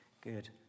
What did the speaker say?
good